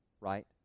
right